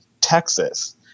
texas